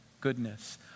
goodness